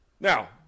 Now